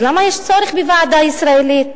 אז למה יש צורך בוועדה ישראלית?